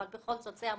אבל בכל זאת זה המונח,